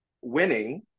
winning